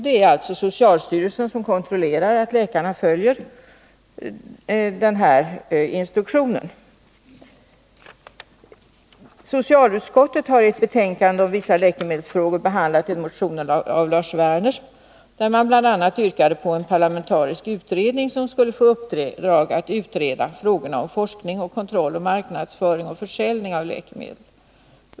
Det är alltså socialstyrelsen som kontrollerar att läkarna följer denna instruktion. en motion av Lars Werner, i vilken man bl.a. yrkade att en parlamentarisk utredning skulle tillsättas med uppdrag att utreda frågorna om forskning, kontroll, marknadsföring och försäljning av läkemedel.